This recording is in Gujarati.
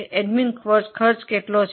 એડમિન ખર્ચ કેટલો છે